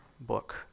book